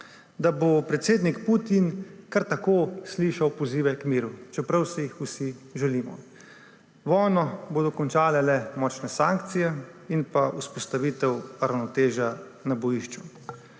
da bo predsednik Putin kar tako slišal pozive k miru, čeprav si jih vsi želimo. Vojno bodo končale le močne sankcije in vzpostavitev ravnotežja na bojišču.